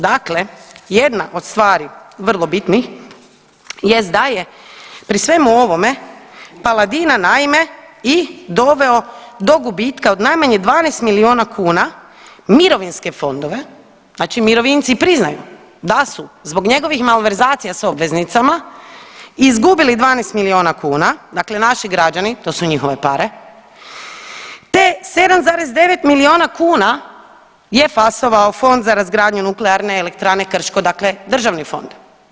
Dakle, jedna od stvari vrlo bitnih jest da je pri svemu ovome Paladina, naime i doveo do gubitka od najmanje 12 milijuna kuna mirovinske fondove, znači mirovinci i priznaju da su zbog njegovih malverzacija s obveznicama izgubili 12 milijuna kuna, dakle naši građani, to su njihove pare, te 7,9 milijuna kuna je fasovao fond za razgradnju NE Krško, dakle državni fond.